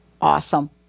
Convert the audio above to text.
Awesome